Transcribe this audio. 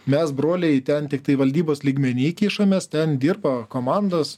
mes broliai ten tiktai valdybos lygmeny kišamės ten dirba komandos